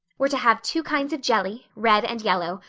we're to have two kinds of jelly, red and yellow,